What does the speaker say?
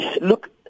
Look